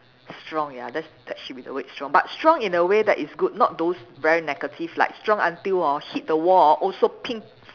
strong ya that's that should be the word strong but strong in the way that is good not those very negative like strong until hor hit the wall hor also